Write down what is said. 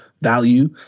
value